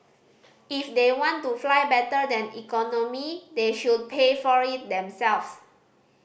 if they want to fly better than economy they should pay for it themselves